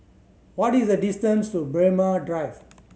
what is the distance to Braemar Drive